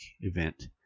event